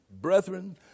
Brethren